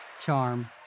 charm